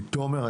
תומר,